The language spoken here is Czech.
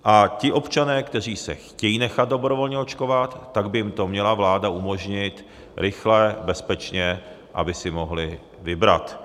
A ti občané, kteří se chtějí nechat dobrovolně očkovat, tak by jim to měla vláda umožnit rychle, bezpečně, aby si mohli vybrat.